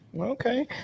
okay